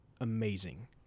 amazing